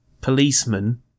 policeman